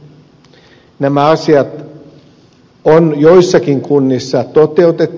nämä asiat on joissakin kunnissa toteutettu